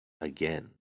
again